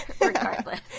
regardless